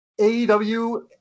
AEW